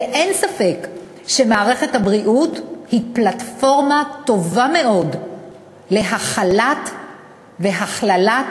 ואין ספק שמערכת הבריאות היא פלטפורמה טובה מאוד להכלת והכללת